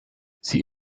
sie